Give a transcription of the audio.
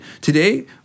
Today